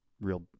real